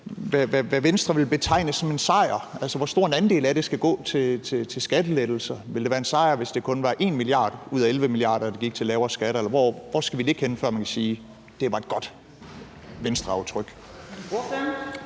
hvad Venstre vil betegne som en sejr. Altså, hvor stor en andel af det skal gå til skattelettelser? Ville det være en sejr, hvis det kun var 1 mia. kr. ud af 11 mia. kr., der gik til lavere skatter? Eller hvor skal vi ligge henne, før man kan sige, at det var et godt Venstreaftryk?